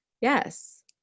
yes